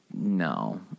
No